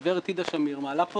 גברת טידה שמיר, מעלה פה